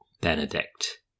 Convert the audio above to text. Benedict